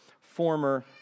former